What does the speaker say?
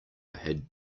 had